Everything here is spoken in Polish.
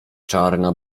czarna